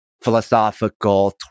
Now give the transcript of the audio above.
philosophical